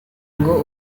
ngo